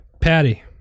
Patty